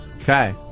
okay